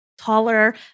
taller